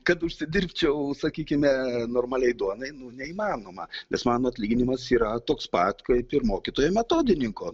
kad užsidirbčiau sakykime normaliai duonai nu neįmanoma nes mano atlyginimas yra toks pat kaip ir mokytojo metodininko